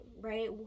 right